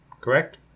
Correct